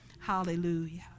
hallelujah